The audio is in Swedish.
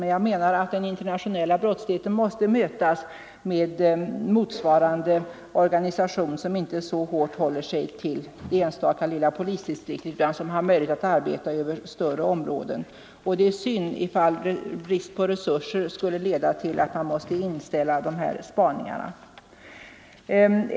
Jag menar emellertid att den internationella brottsligheten måste mötas med motsvarande organisation, som inte så hårt håller sig till det enstaka lilla polisdistriktet utan har möjlighet att arbeta över större områden. Det är synd om brist på resurser skulle leda till att man måste inställa spaningar.